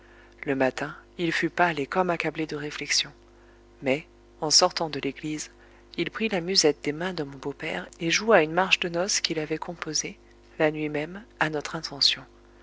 le matin il fut pâle et comme accablé de réflexions mais en sortant de l'église il prit la musette des mains de mon beau-père et joua une marche de noces qu'il avait composée la nuit même à notre intention